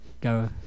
go